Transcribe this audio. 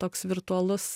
toks virtualus